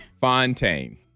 Fontaine